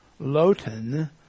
Lotan